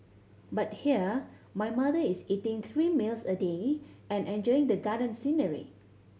but here my mother is eating three meals a day and enjoying the garden scenery